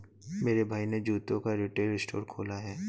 मेरे भाई ने जूतों का रिटेल स्टोर खोला है